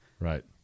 Right